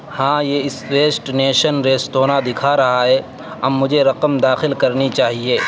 ہاں یہ اسویسٹ نیشن ریسٹوںاں دکھا رہا ہے اب مجھے رقم داخل کرنی چاہیے